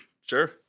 Sure